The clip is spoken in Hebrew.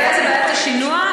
הבעיה זה בעיית השינוע,